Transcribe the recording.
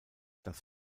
das